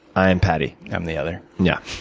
i'm patty. i'm the other. yeah.